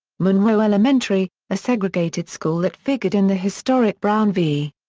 monroe elementary, a segregated school that figured in the historic brown v.